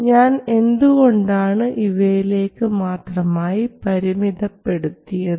ഞാൻ എന്തുകൊണ്ടാണ് ഇവയിലേക്ക് മാത്രമായി പരിമിതപ്പെടുത്തിയത്